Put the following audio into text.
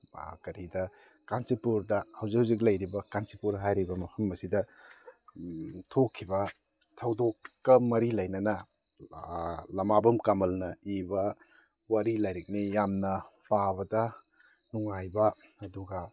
ꯀꯔꯤꯗ ꯀꯥꯟꯆꯤꯄꯨꯔꯗ ꯍꯧꯖꯤꯛ ꯍꯧꯖꯤꯛ ꯂꯩꯔꯤꯕ ꯀꯥꯟꯆꯤꯄꯨꯔ ꯍꯥꯏꯔꯤꯕ ꯃꯐꯝ ꯑꯁꯤꯗ ꯊꯣꯛꯈꯤꯕ ꯊꯧꯗꯣꯛꯀ ꯃꯔꯤ ꯂꯩꯅꯅ ꯂꯥꯃꯥꯕꯝ ꯀꯃꯜꯅ ꯏꯕ ꯋꯥꯔꯤ ꯂꯥꯏꯔꯤꯛꯅꯤ ꯌꯥꯝꯅ ꯄꯥꯕꯗ ꯅꯨꯡꯉꯥꯏꯕ ꯑꯗꯨꯒ